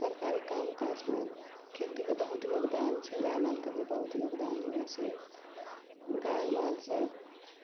सरकारी काम काजमे खेतीके बहुत योगदान छै गाए माल के भी बहुत योगदान होइ छै गाए माल सब